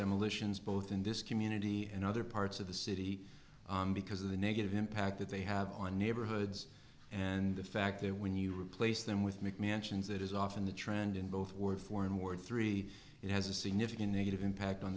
demolitions both in this community and other parts of the city because of the negative impact that they have on neighborhoods and the fact that when you replace them with mc mansions it is often the trend in both were for and more three it has a significant negative impact on